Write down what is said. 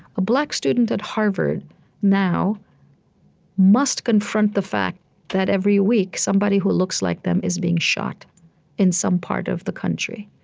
a black student at harvard now must confront the fact that every week, somebody who looks like them is being shot in some part of the country.